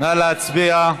נא להצביע.